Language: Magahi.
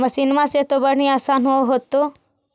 मसिनमा से तो बढ़िया आसन हो होतो?